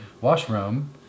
washroom